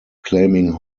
claiming